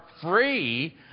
free